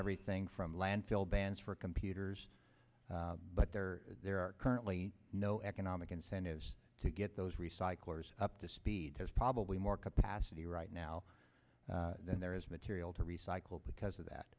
everything from landfill bans for computers but there are currently no economic incentives to get those recyclers up to speed has probably more capacity right now than there is material to recycle because of that